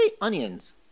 onions